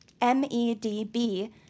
M-E-D-B